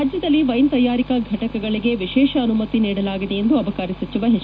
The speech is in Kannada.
ರಾಜ್ಯದಲ್ಲಿ ವೈನ್ ತಯಾರಿಕಾ ಫಟಕಗಳಿಗೆ ವಿಶೇಷ ಅನುಮತಿ ನೀಡಲಾಗಿದೆ ಎಂದು ಅಬಕಾರಿ ಸಚಿವ ಎಚ್